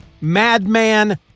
Madman